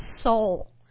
soul